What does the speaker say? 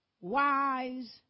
wise